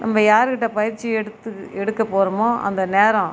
நம்ம யாருக்கிட்ட பயிற்சி எடுத்து எடுக்கப் போகிறோமோ அந்த நேரம்